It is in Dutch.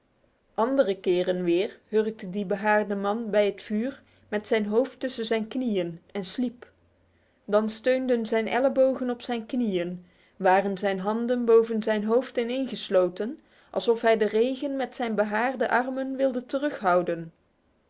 andere keren weer hurkte die behaarde man bij het vuur met zijn hoofd tussen zijn knieën en sliep dan steunden zijn ellebogen op zijn knieën waren zijn handen boven zijn hofdinegslt ahjdrenmtzibhad armen wilde terughouden